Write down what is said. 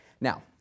Now